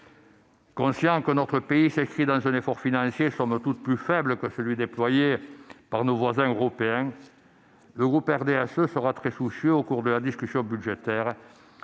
Conscient que notre pays s'inscrit dans un effort financier somme toute plus faible que celui déployé par certains de nos voisins européens, le groupe du RDSE sera très soucieux, au cours de la discussion budgétaire,